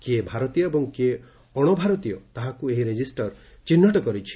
କିଏ ଭାରତୀୟ ଏବଂ କିଏ ଅଣଭାରତୀୟ ତାହାକୁ ଏହି ରେଜିଷ୍ଟର ଚିହ୍ରଟ କରିଛି